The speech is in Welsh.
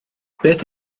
beth